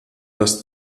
das